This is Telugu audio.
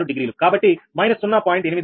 86 డిగ్రీ కాబట్టి −0